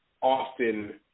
often